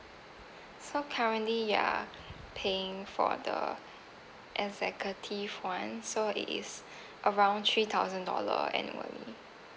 so currently you are paying for the executive one so it is around three thousand dollar annually